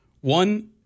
One